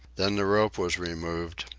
then the rope was removed,